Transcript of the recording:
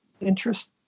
interest